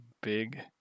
big